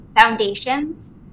Foundations